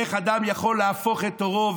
איך אדם יכול להפוך את עורו.